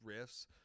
riffs